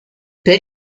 per